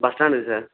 bus ஸ்டாண்டுக்கு sir